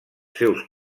seus